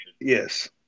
Yes